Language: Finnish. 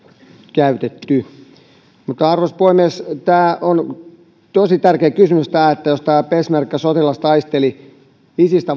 käytetty arvoisa puhemies tämä on tosi tärkeä kysymys että jos peshmerga sotilas taisteli isistä